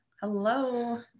Hello